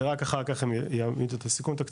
ורק אחר כך הם יעמידו את התקציב.